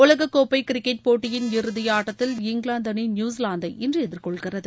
உலக கோப்பை கிரிக்கெட் போட்டியின் இறுதி ஆட்டத்தில் இங்கிலாந்து அணி நியூசிலாந்தை இன்று எதிர்கொள்கிறது